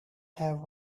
have